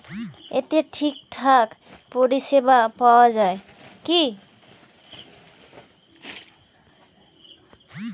এতে ঠিকঠাক পরিষেবা পাওয়া য়ায় কি?